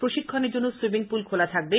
প্রশিক্ষণের জন্য swimming pool খোলা থাকবে